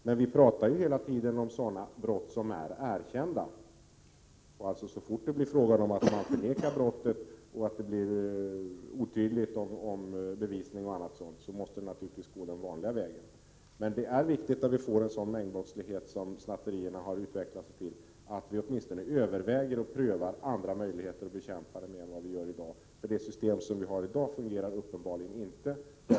Men vi talar ju här hela tiden om sådana brott som är erkända — så fort det handlar om förnekande av brottet, att bevisningen är otydlig osv. måste vi naturligtvis gå den vanliga vägen. Men det är viktigt, när det uppstår en sådan mängdbrottslighet som snatterierna har utvecklat sig till, att åtminstone överväga att pröva andra möjligheter att bekämpa brottsligheten än i dag. Det system som vi har i dag fungerar uppenbarligen inte.